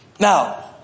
Now